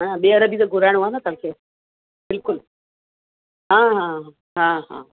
हा न ॿीहर बि त घुराइणो आहे न तव्हांखे बिल्कुलु हा हा हा हा